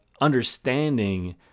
understanding